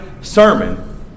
sermon